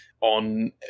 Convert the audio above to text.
on